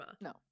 no